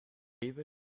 lebe